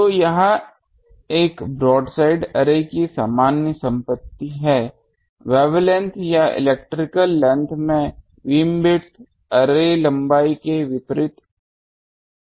तो यह एक ब्रोडसाइड अर्रे की सामान्य संपत्ति है वेव लेंथ या इलेक्ट्रिकल लेंथ में बीमविड्थ अर्रे लंबाई के विपरीत आनुपातिक होता है